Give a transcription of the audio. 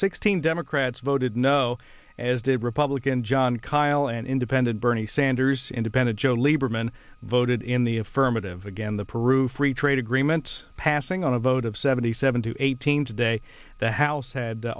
sixteen democrats voted no as did republican jon kyl an independent bernie sanders independent joe lieberman voted in the affirmative again the peru free trade agreement passing on a vote of seventy seven to eighteen today the house had